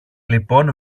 λοιπόν